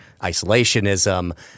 Isolationism